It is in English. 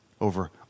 over